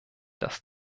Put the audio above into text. das